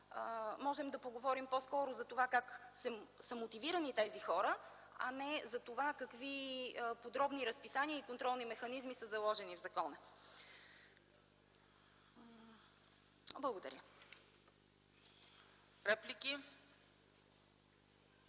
Можем да поговорим по-скоро за това как са мотивирани тези хора, а не за това какви подробни разписания и контролни механизми са заложени в закона. Благодаря.